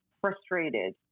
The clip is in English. frustrated